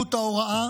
איכות ההוראה